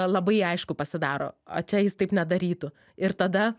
labai aišku pasidaro o čia jis taip nedarytų ir tada